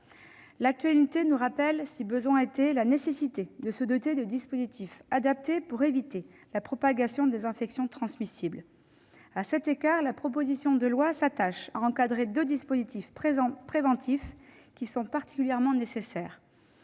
L'actualité nous rappelle, s'il en était besoin, la nécessité de nous doter de dispositifs adaptés pour éviter la propagation des infections transmissibles. À cet égard, la proposition de loi encadre deux dispositifs préventifs particulièrement nécessaires.